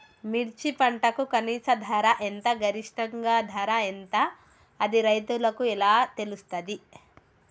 మిర్చి పంటకు కనీస ధర ఎంత గరిష్టంగా ధర ఎంత అది రైతులకు ఎలా తెలుస్తది?